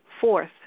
Fourth